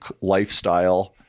lifestyle